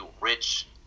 rich